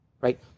right